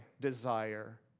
desire